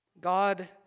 God